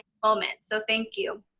um it, so thank you.